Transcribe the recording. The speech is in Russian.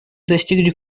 достигли